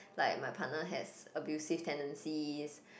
like my partner has abusive tendencies